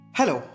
Hello